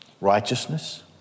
Righteousness